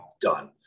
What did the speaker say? done